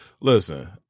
Listen